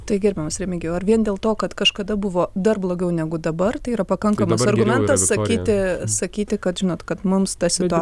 tai gerbiamas remigijau ar vien dėl to kad kažkada buvo dar blogiau negu dabar tai yra pakankamas argumentas sakyti sakyti kad žinot kad mums ta situa